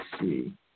see